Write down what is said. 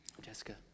Jessica